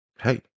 Hey